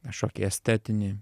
kažkokį estetinį